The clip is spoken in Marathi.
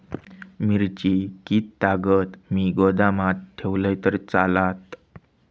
मिरची कीततागत मी गोदामात ठेवलंय तर चालात?